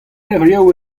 levrioù